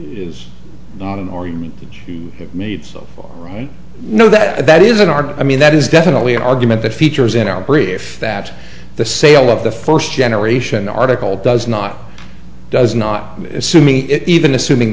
is not an argument that you have made so far right no that isn't art i mean that is definitely an argument that features in our brief that the sale of the first generation article does not does not mean assuming it even assuming